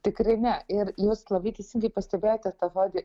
tikrai ne ir jūs labai teisingai pastebėjote tą žodį